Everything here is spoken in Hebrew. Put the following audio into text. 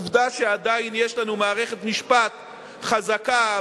עובדה שעדיין יש לנו מערכת משפט חזקה,